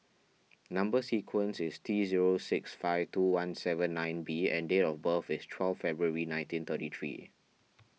Number Sequence is T zero six five two one seven nine B and date of birth is twelve February nineteen thirty three